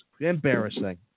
Embarrassing